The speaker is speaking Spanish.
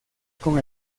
con